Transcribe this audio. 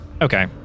okay